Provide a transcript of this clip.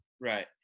Right